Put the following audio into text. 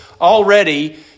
already